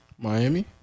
Miami